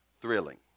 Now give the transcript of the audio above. thrilling